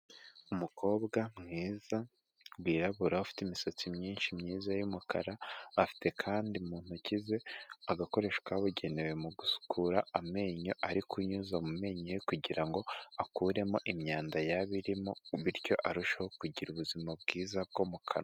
Umukobwa mwiza wirabura afite imisatsi myinshi myiza y'umukara, afite kandi mu ntoki ze agakoresho kabugenewe mu gusukura amenyo, ari kunyuza mu menyo ye kugira ngo akuremo imyanda yaba irimo bityo arusheho kugira ubuzima bwiza bwo mu kanwa.